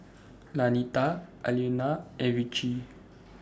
Lanita Alaina and Ritchie